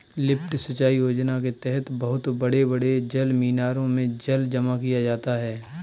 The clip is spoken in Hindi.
लिफ्ट सिंचाई योजना के तहद बहुत बड़े बड़े जलमीनारों में जल जमा किया जाता है